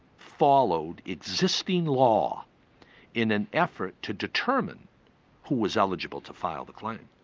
followed existing law in an effort to determine who was eligible to file the claim.